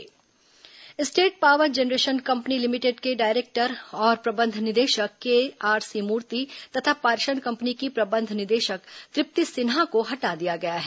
state power company state power generation company limited के director और प्रबंध निदेशक केआरसी मूर्ति तथा पारेषण कंपनी की प्रबंध निदेशक तृप्ति सिन्हा को हटा दिया गया है